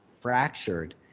fractured